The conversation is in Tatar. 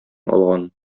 алган